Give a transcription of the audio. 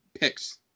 picks